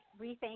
rethink